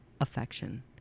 affection